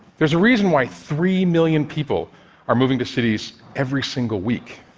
there's a reason why three million people are moving to cities every single week.